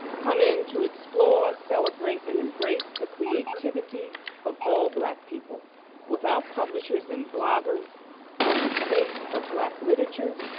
come in to explore, celebrate and embrace the creativity of all black people without publishers and bloggers on the state of black literature,